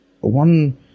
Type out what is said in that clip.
One